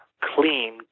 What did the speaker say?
clean